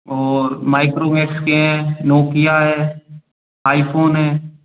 और माइक्रोमैक्स के हैं नोकिया है आईफ़ोन है